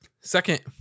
second